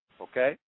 okay